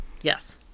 Yes